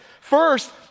First